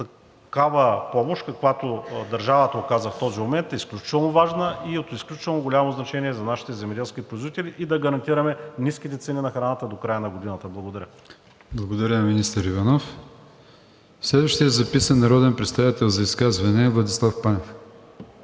Такава помощ, каквато държавата оказва в този момент, е изключително важна и е от изключително голямо значение за нашите земеделски производители, и да гарантираме ниските цени на храната до края на годината. Благодаря. ПРЕДСЕДАТЕЛ АТАНАС АТАНАСОВ: Благодаря на министър Иванов. Следващият записан народен представител за изказване е Владислав Панев.